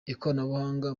ikoranabuhanga